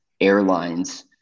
airlines